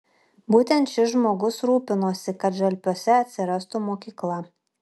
būtent šis žmogus rūpinosi kad žalpiuose atsirastų mokykla